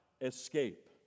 escape